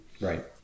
Right